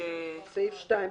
אין סעיף 2(3)